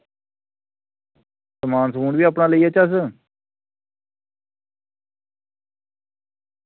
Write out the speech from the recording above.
समान समून बी अपना लेई लैचे अस